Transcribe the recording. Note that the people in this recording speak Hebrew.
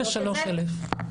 כ-23 אלף.